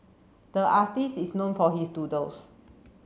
the artist is known for his doodles